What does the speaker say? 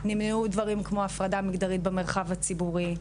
נמנעו דברים כמו הפרדה מגדרית במרחב הציבורי,